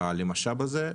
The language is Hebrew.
למשאב הזה,